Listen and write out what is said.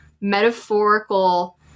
metaphorical